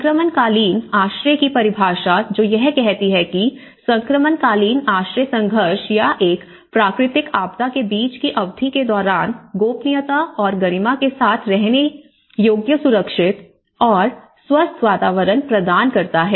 संक्रमणकालीन आश्रय की परिभाषा जो यह कहती है कि संक्रमणकालीन आश्रय संघर्ष या एक प्राकृतिक आपदा के बीच की अवधि के दौरान गोपनीयता और गरिमा के साथ रहने योग्य सुरक्षित और स्वस्थ वातावरण प्रदान करता है